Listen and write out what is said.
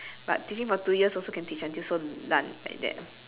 but teaching for two years also can teach until so 烂 like that